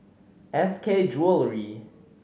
S K Jewellery